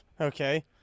Okay